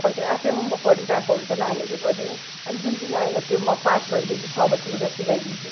फर्केर आफै होमवर्क गरिरहेको हुन्छ नानीले पनि अनि जुन जुन आएन पाँच बजीदेखि छ बजीसम्म चाहिँ सिकाइदिन्छु